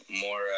more